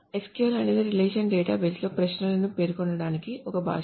SQL అనేది relational డేటాబేస్లో ప్రశ్నలను పేర్కొనడానికి ఒక భాష